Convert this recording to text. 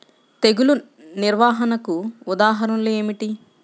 తెగులు నిర్వహణకు ఉదాహరణలు ఏమిటి?